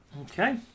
Okay